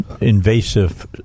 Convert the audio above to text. invasive